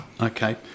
Okay